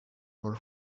for